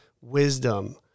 wisdom